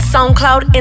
Soundcloud